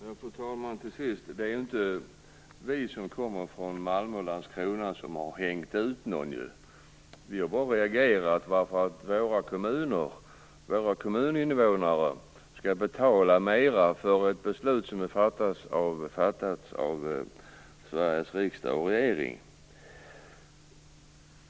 Fru talman! Till sist vill jag säga att det inte är vi som kommer från Malmö och Landskrona som har hängt ut någon. Vi har bara reagerat därför att våra kommuninvånare betalar mera för ett beslut som har fattats av Sveriges riksdag och regering.